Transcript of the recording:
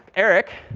eric,